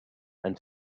and